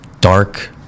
dark